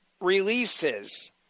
releases